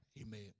Amen